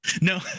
no